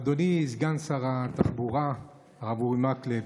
אדוני סגן שרת התחבורה הרב אורי מקלב,